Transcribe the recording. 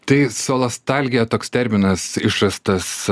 tai solostalgija toks terminas išrastas